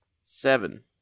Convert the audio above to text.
Seven